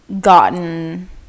gotten